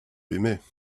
aimais